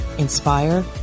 inspire